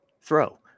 throw